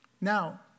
Now